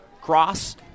cross